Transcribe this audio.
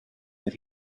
that